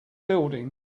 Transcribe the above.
building